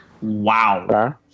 wow